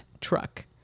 truck